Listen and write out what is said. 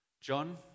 John